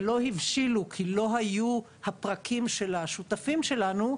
ולא הבשילו כי לא היו הפרקים של השותפים שלנו,